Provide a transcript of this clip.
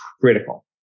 critical